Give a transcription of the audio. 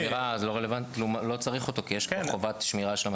ושמירה" לא צריך אותה כי יש פה חובת שמירה של המעסיק.